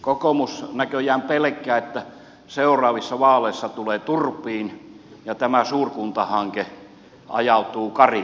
kokoomus näköjään pelkää että seuraavissa vaaleissa tulee turpiin ja tämä suurkuntahanke ajautuu karille